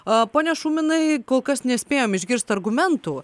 o ponia šuminai kol kas nespėjom išgirst argumentų